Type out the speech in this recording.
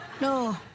No